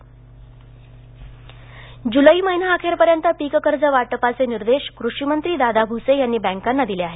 दादा भसे जुलै महिनाअखेरपर्यंत पीक कर्ज वाटपाचे निर्देश कृषिमंत्री दादा भुसे यांनी बँकांना दिले आहेत